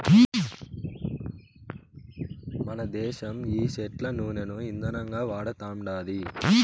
మనదేశం ఈ సెట్ల నూనను ఇందనంగా వాడతండాది